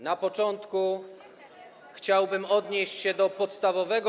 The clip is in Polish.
Na początku chciałbym odnieść się do podstawowego.